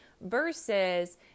Versus